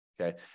Okay